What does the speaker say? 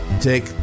take